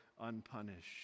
unpunished